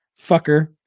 Fucker